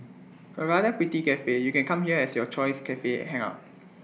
A rather pretty Cafe you can come here as your choice Cafe hangout